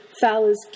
Fowler's